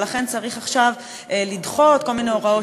ולכן צריך עכשיו לדחות כל מיני הוראות